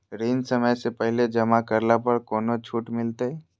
ऋण समय से पहले जमा करला पर कौनो छुट मिलतैय?